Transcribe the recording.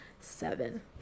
seven